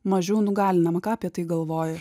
mažiau nugalinama ką apie tai galvoji